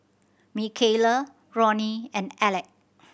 Mikaila Ronnie and Aleck